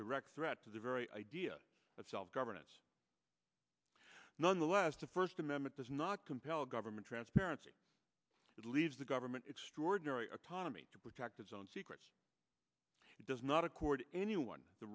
direct threat to the very idea of self governance nonetheless to first amendment does not compel government transparency it leaves the government extraordinary autonomy to protect its own secrets it does not accord anyone the